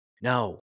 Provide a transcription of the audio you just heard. no